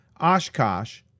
Oshkosh